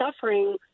suffering